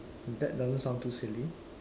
that doesn't sound too silly